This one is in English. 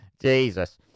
jesus